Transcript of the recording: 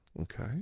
Okay